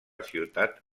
ciutat